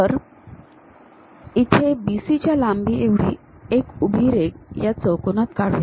तर इथे BC च्या लांबीएवढी एक उभी रेघ या चौकोनात काढूया